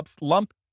lump